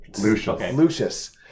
Lucius